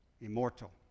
Immortal